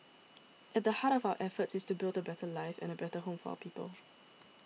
at the heart of our efforts is to build a better life and a better home for our people